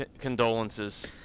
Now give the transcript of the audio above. Condolences